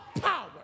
power